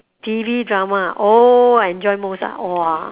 T_V drama oh I enjoy most ah !wah!